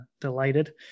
delighted